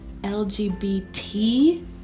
LGBT